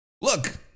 look